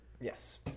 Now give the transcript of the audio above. Yes